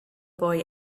boy